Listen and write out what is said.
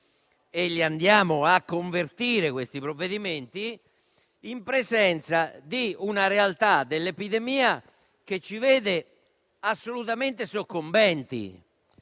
e li andiamo a convertire in presenza di una realtà dell'epidemia che ci vede assolutamente soccombenti.